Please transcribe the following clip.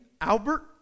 Albert